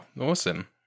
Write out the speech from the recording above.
awesome